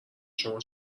شما